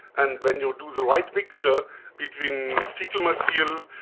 and when you do the right mixture between faecal material,